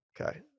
okay